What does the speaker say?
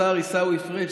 השר עיסאווי פריג',